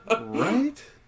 Right